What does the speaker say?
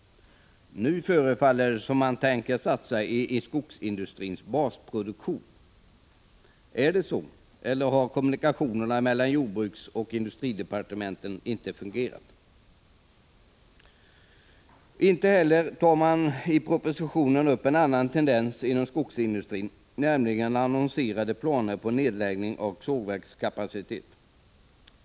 Nu förefaller det som om man tänker satsa i skogsindustrins basproduktion. Är det så, eller har kommunikationerna mellan jordbruksoch industridepartementen inte fungerat? I propositionen tar man inte upp en annan tendens inom skogsindustrin, nämligen ökningen av annonserade planer på nedläggning av sågverkskapacitet.